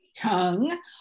tongue